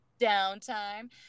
downtime